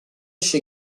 che